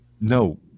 no